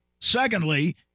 secondly